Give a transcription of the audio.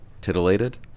titillated